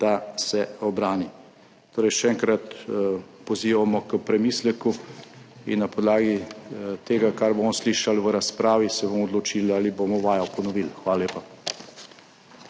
da se ubrani. Torej, še enkrat pozivamo k premisleku in na podlagi tega, kar bomo slišali v razpravi, se bomo odločili, ali bomo vajo ponovili. Hvala lepa.